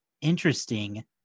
interesting